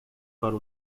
para